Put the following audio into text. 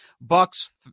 Bucks